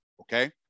okay